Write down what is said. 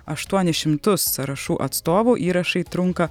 aštuonis šimtus sąrašų atstovų įrašai trunka